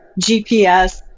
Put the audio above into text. GPS